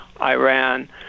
iran